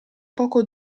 poco